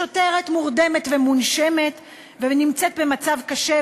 השוטרת מורדמת ומונשמת ונמצאת במצב קשה,